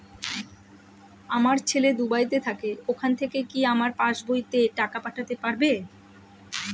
আমার ছেলে দুবাইতে থাকে ওখান থেকে কি আমার পাসবইতে টাকা পাঠাতে পারবে?